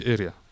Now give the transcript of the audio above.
Area